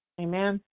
Amen